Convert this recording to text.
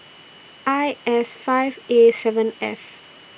I S five A seven F